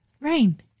Rain